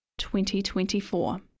2024